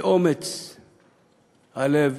מאומץ הלב,